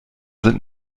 sind